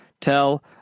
Tell